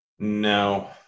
No